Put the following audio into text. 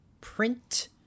print